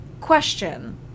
question